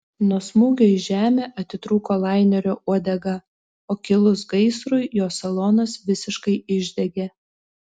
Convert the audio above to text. nuo smūgio į žemę atitrūko lainerio uodega o kilus gaisrui jo salonas visiškai išdegė